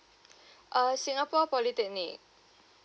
uh singapore polytechnic